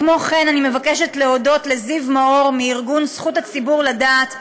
כמו כן אני מבקשת להודות לזיו מאור מארגון זכות הציבור לדעת,